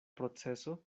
proceso